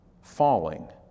falling